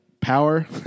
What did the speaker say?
Power